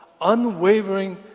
unwavering